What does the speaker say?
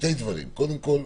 קודם כול,